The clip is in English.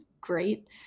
great